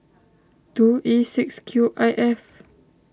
two E six Q I F